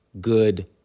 good